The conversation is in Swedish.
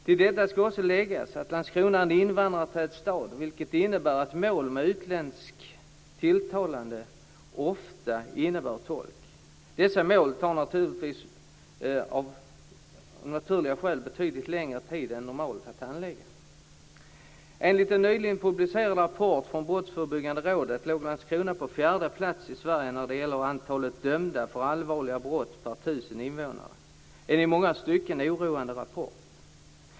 Till detta skall också läggas att Landskrona är en invandrartät stad, vilket innebär att mål med utländska tilltalade ofta innebär behov av tolk. Dessa mål tar av naturliga skäl betydligt längre tid än normalt att handlägga. Enligt en nyligen publicerad rappport från Brottsförebyggande rådet låg Landskrona på fjärde plats i Sverige när det gäller antalet dömda för allvarliga brott per 1 000 invånare en i många stycken oroande rapport.